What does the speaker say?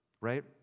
right